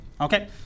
Okay